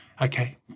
Okay